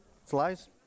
Flies